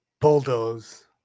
bulldoze